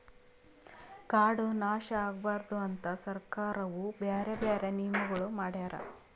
ಕಾಡು ನಾಶ ಆಗಬಾರದು ಅಂತ್ ಸರ್ಕಾರವು ಬ್ಯಾರೆ ಬ್ಯಾರೆ ನಿಯಮಗೊಳ್ ಮಾಡ್ಯಾರ್